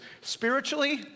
Spiritually